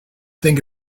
think